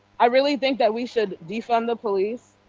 i really think that we should defund the police,